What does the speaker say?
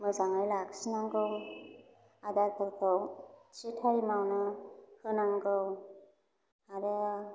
मोजाङै लाखिनांगौ आदारफोरखौ थि थाइमावनो होनांगौ आरो